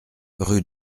rue